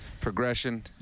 progression